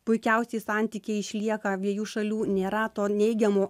puikiausiai santykiai išlieka abiejų šalių nėra to neigiamų